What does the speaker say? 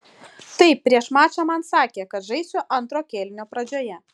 taip prieš mačą man sakė kad žaisiu antro kėlinio pradžioje